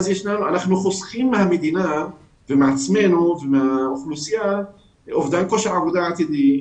בכך אנחנו חוסכים למדינה ולעצמנו אובדן כושר עבודה עתידי,